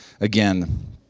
again